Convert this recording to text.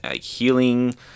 healing